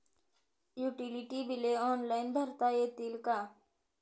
Utility बिले online भरता येतील का?